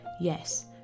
Yes